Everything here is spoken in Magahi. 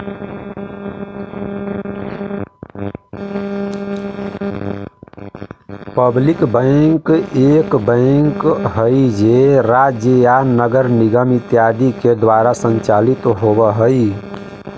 पब्लिक बैंक एक बैंक हइ जे राज्य या नगर निगम इत्यादि के द्वारा संचालित होवऽ हइ